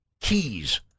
keys